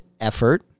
effort